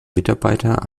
mitarbeiter